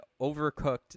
overcooked